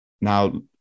now